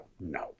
no